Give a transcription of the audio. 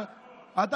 אחמד,